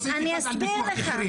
סעיף אחד על פיקוח מחירים.